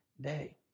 day